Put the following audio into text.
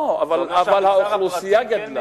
לא, אבל האוכלוסייה גדלה.